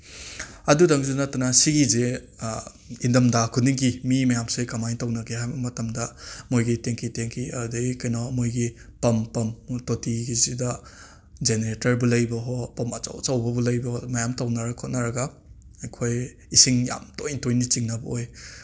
ꯑꯗꯨꯗꯪꯁꯨ ꯅꯠꯇꯅ ꯁꯤꯒꯤꯁꯦ ꯏꯟꯗꯝꯗꯥ ꯈꯨꯗꯤꯡꯒꯤ ꯃꯤ ꯃꯌꯥꯝꯁꯦ ꯀꯃꯥꯏꯅ ꯇꯧꯅꯒꯦ ꯍꯥꯏꯕ ꯃꯇꯝꯗ ꯃꯣꯏꯒꯤ ꯇꯦꯡꯀꯤ ꯇꯦꯡꯀꯤ ꯑꯗꯒꯤ ꯀꯩꯅꯣ ꯃꯣꯏꯒꯤ ꯄꯝ ꯄꯝ ꯇꯣꯇꯤꯒꯤꯁꯤꯗ ꯒꯦꯅꯔꯦꯇꯔꯕꯨ ꯂꯩꯕꯑꯣ ꯄꯝ ꯑꯆꯧ ꯑꯆꯧꯕꯕꯨ ꯂꯩꯕꯑꯣ ꯃꯌꯥꯝ ꯇꯧꯅꯔ ꯈꯣꯠꯅꯔꯒ ꯑꯩꯈꯣꯏ ꯏꯁꯤꯡ ꯌꯥꯝ ꯇꯣꯏ ꯇꯣꯏꯅ ꯆꯤꯡꯅꯕ ꯑꯣꯏ